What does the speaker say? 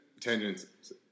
tangents